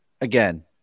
again